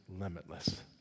limitless